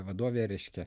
vadovė reiškia